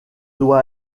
doit